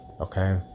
Okay